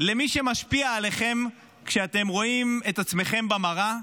למי שמשפיע עליכם כשאתם רואים את עצמכם במראה,